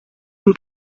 and